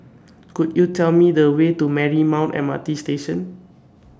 Could YOU Tell Me The Way to Marymount M R T Station